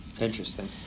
interesting